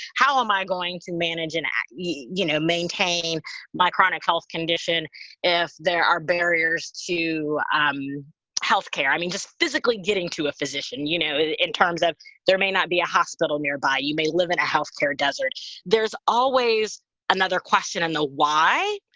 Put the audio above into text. how am i going to manage and, you you know, maintain my chronic health condition if there are barriers to um health care? i mean, just physically getting to a physician, you know, in terms of there may not be a hospital nearby. you may live in a health care desert there's always another question on the why.